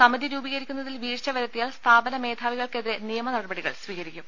സമിതി രൂപീ കരിക്കുന്നതിൽ വീഴ്ച വരുത്തിയാൽ സ്ഥാപന ഭൂമധാവികൾക്കെതിരെ നിയമ നടപടികൾ സ്വീകരിക്കും